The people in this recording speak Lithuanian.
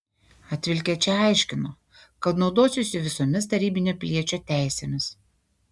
atvilkę čia aiškino kad naudosiuosi visomis tarybinio piliečio teisėmis